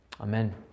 Amen